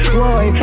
boy